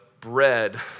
bread